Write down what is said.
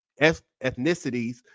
ethnicities